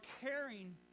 caring